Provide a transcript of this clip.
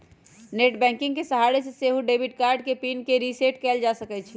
net banking के सहारे से सेहो डेबिट कार्ड के पिन के रिसेट कएल जा सकै छइ